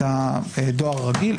את הדואר הרגיל,